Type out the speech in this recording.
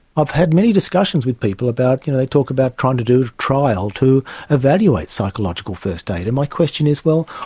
i've had many discussions with people about, you know, when they talk about trying to do a trial to evaluate psychological first aid, and my question is well,